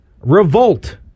revolt